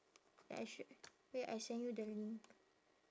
I should wait I send you the link